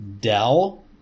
Dell